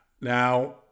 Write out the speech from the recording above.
Now